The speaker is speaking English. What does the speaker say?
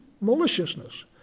maliciousness